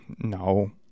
no